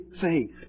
faith